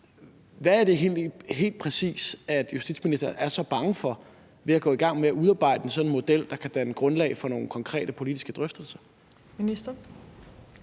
Hvad er det helt præcis, justitsministeren er så bange for ved at gå i gang med at udarbejde en sådan model, der kan danne grundlag for nogle konkrete politiske drøftelser?